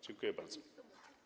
Dziękuję bardzo.